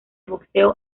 boxeo